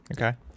Okay